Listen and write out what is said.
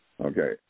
Okay